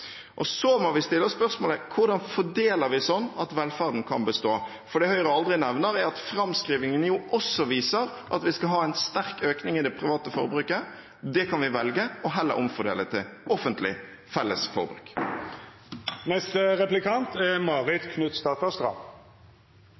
deal. Så må vi spørre oss: Hvordan fordeler vi sånn at velferden kan bestå? For det Høyre aldri nevner, er at framskrivingene også viser at vi skal ha en sterk økning i det private forbruket. Det kan vi heller velge å omfordele til offentlig felles forbruk. Norges store fortrinn knyttet til vår natur og våre naturressurser er